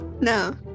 No